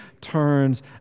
turns